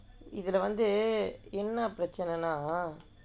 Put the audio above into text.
இதிலே வந்து என்ன பிரச்சனை நா:ithilae vanthu enna pirachanai naa